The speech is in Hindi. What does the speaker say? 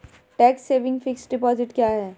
टैक्स सेविंग फिक्स्ड डिपॉजिट क्या है?